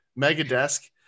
Megadesk